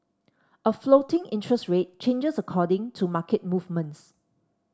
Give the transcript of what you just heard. a floating interest rate changes according to market movements